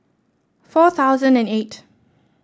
four thousand and eight